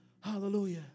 Hallelujah